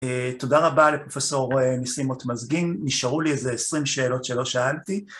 תודה רבה לפרופסור ניסים אוטמזגין, נשארו לי איזה 20 שאלות שלא שאלתי.